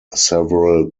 several